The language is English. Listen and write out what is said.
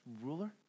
ruler